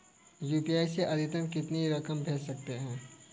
UPI से अधिकतम कितनी रकम भेज सकते हैं?